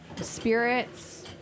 spirits